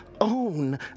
own